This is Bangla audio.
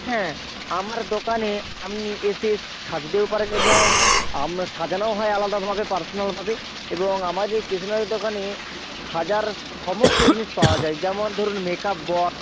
হ্যাঁ আমার দোকানে আপনি এসে সাজতেও পারেন এবং সাজানোও হয় আলাদাভাবে পার্সোনালভাবে এবং আমাদের এই স্টেশনারি দোকানে সাজার সমস্ত জিনিস পাওয়া যায় যেমন ধরুন মেকাপ বক্স